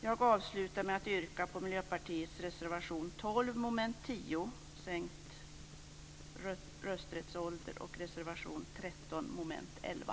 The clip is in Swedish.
Jag avslutar med att yrka bifall till Miljöpartiets reservation 12 under mom. 10 om sänkt rösträttsålder och reservation 13 under mom. 11.